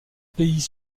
pays